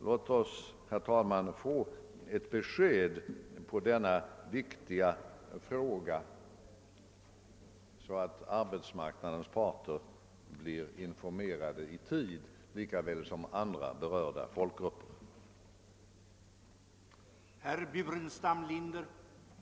Låt oss, herr talman, få ett besked i denna viktiga fråga, så att arbetsmarknadens parter lika väl som andra berörda folkgrupper blir informerade om detta.